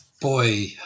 Boy